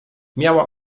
miała